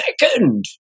second